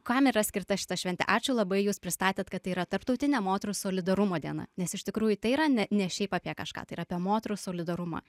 kam yra skirta šita šventė ačiū labai jūs pristatėt kad tai yra tarptautinė moterų solidarumo diena nes iš tikrųjų tai yra ne ne šiaip apie kažką tai yra apie moterų solidarumą